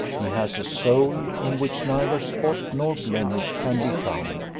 he has a soul in which neither spot nor blemish can be found,